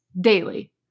daily